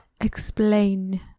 explain